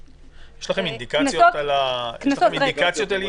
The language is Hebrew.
--- יש לכם אינדיקציות על יעילות?